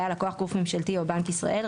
היה הלקוח גוף ממשלתי או בנק ישראל,